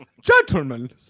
Gentlemen